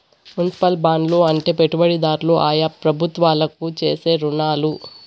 municipal బాండ్లు అంటే పెట్టుబడిదారులు ఆయా ప్రభుత్వాలకు చేసే రుణాలు